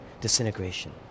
disintegration